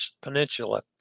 Peninsula